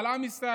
על עם ישראל,